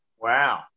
wow